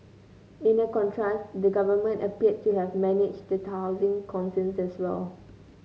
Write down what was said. in the contrast the government appeared to have managed the housing concerns well